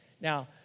Now